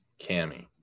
Cammy